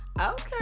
okay